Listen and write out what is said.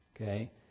Okay